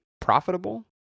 profitable